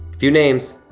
few names.